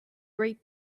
great